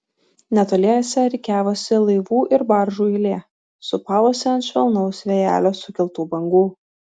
netoliese rikiavosi laivų ir baržų eilė sūpavosi ant švelnaus vėjelio sukeltų bangų